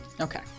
Okay